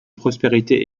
prospérité